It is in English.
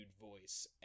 voice